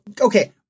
okay